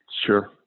Sure